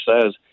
says